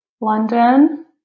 London